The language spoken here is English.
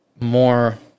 more